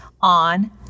on